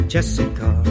Jessica